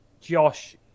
Josh